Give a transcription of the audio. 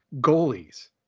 goalies